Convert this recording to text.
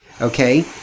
Okay